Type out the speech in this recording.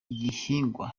igihingwa